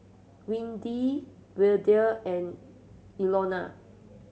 Windy Verdell and Ilona